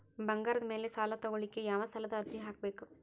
ಬಂಗಾರದ ಮ್ಯಾಲೆ ಸಾಲಾ ತಗೋಳಿಕ್ಕೆ ಯಾವ ಸಾಲದ ಅರ್ಜಿ ಹಾಕ್ಬೇಕು?